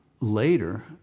later